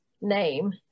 name